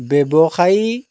ব্যৱসায়ী